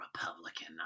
Republican